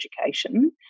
education